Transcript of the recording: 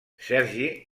sergi